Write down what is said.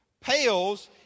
pales